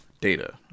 data